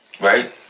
right